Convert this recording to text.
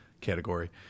category